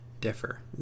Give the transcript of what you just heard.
differ